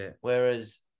Whereas